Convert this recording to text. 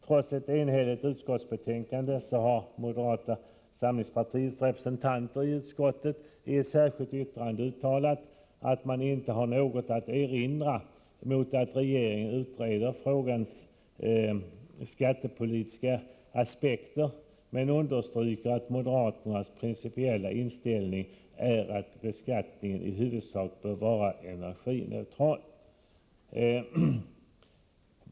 Trots ett enhälligt utskottsbetänkande har moderaternas representanter i utskottet i ett särskilt yttrande uttalat att de inte har något att erinra mot att regeringen utreder frågans skattepolitiska aspekter. Moderaterna understryker dock att moderaternas principiella inställning är att beskattningen i huvudsak bör vara energineutral.